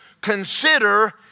consider